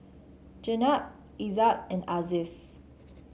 Jenab Izzat and Aziz